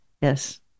Yes